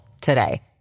today